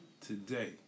today